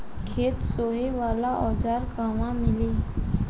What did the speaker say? खेत सोहे वाला औज़ार कहवा मिली?